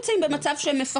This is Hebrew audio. הם לא נמצאים במצב שמפחד,